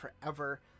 forever